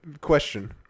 question